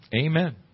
Amen